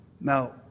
Now